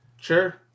Sure